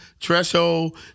threshold